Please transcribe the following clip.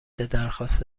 درخواست